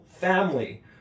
family